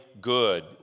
good